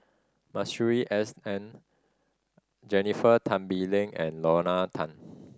Masuri S N Jennifer Tan Bee Leng and Lorna Tan